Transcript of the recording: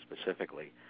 specifically